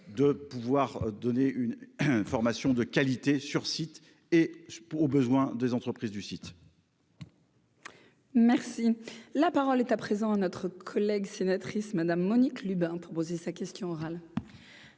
de pouvoir donner une information de qualité sur site et je aux besoins des entreprises du site. Merci, la parole est à présent à notre collègue sénatrice Madame Monique Lubin proposé sa question orale.